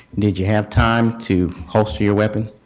did you have time to holster your weapon?